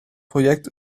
projekt